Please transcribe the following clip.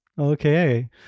okay